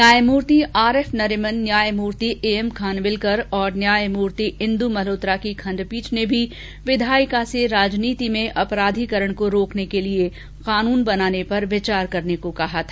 न्यायमूर्ति आरएफ नरीमन न्यायमूर्ति एएम खानविल्कर और न्यायमूर्तिइंद् मल्होत्रा की खंडपीठ ने भी विधायिका से राजनीति में अपराधिकरण को रोकने के लिएकानून बनाने पर विचार करने को कहा था